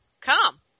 come